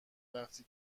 وقتی